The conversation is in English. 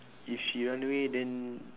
if she run away then